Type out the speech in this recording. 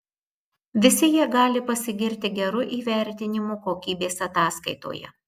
visi jie gali pasigirti geru įvertinimu kokybės ataskaitoje